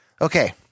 Okay